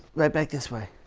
right back this way.